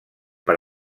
per